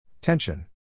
Tension